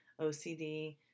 OCD